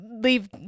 Leave